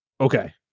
Okay